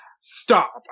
stop